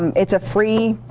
it's a free